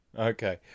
Okay